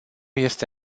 este